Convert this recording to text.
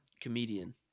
comedian